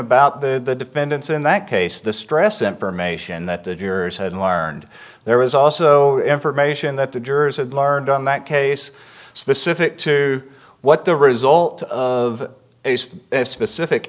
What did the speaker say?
about the defendants in that case the stress information that the jurors had learned there was also information that the jurors had learned on that case specific to what the result of a specific